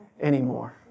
anymore